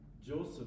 Joseph